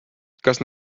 kas